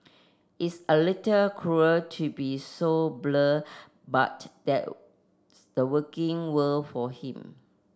it's a little cruel to be so blunt but that the working world for him